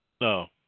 No